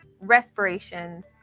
respirations